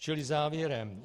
Čili závěrem.